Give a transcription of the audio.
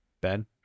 Ben